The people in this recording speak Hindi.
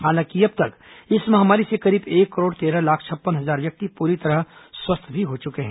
हालांकि अब तक इस महामारी से करीब एक करोड़ तेरह लाख छप्पन हजार व्यक्ति पूरी तरह स्वस्थ भी हो चुके हैं